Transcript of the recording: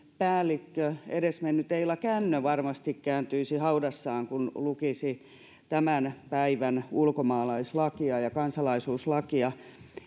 päällikkö edesmennyt eila kännö varmasti kääntyisi haudassaan kun lukisi tämän päivän ulkomaalaislakia ja kansalaisuuslakia